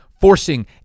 Forcing